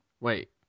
Wait